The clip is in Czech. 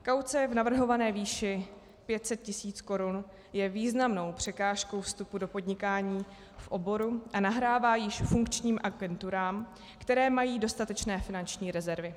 Kauce v navrhované výši 500 tisíc korun je významnou překážkou vstupu do podnikání v oboru, nahrává již funkčním agenturám, které mají dostatečné finanční rezervy.